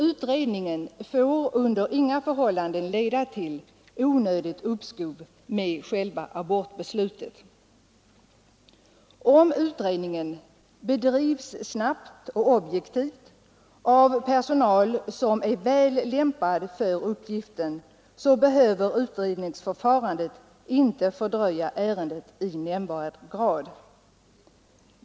Utredningen får under inga förhållanden leda till onödigt uppskov med själva abortbeslutet. Om utredningen bedrivs snabbt och objektivt av personal som är väl lämpad för uppgiften, behöver utredningsförfarandet inte fördröja ärendet i nämnvärd grad.